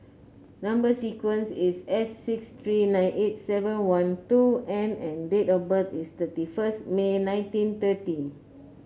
number sequence is S six three nine eight seven one two N and date of birth is thirty first May nineteen thirty